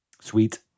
Sweet